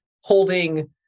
holding